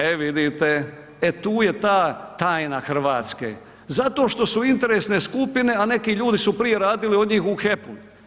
E vidite, e tu je ta tajna Hrvatske, zato što su interesne skupine, a neki ljudi su prije radili od njih u HEP-u.